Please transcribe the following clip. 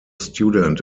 student